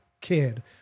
kid